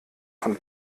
von